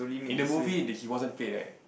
in the movie that he wasn't paid right